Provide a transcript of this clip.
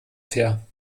fair